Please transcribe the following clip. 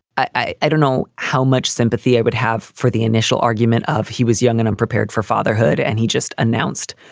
i i don't know how much sympathy i would have for the initial argument of he was young and unprepared for fatherhood and he just announced,